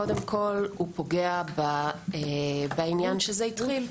קודם כול הוא פוגע בעניין שזה התחיל.